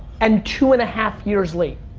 and two and a half years late,